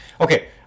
okay